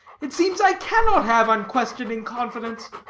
it seems i cannot have unquestioning confidence.